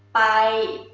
i,